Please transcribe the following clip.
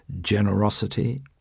generosity